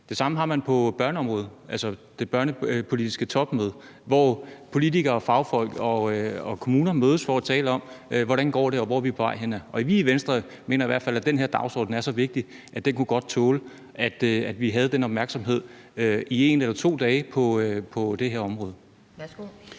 Det samme har man på børneområdet, altså det børnepolitiske topmøde, hvor politikere og fagfolk og kommuner mødes for at tale om, hvordan det går, og hvor vi er på vej hen. Og vi i Venstre mener i hvert fald, at den her dagsorden er så vigtig, at den godt kunne tåle, at vi havde den opmærksomhed i 1 eller 2 dage på det her område. Kl.